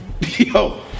yo